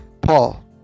Paul